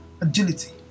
agility